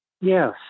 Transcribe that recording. Yes